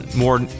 more